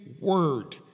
word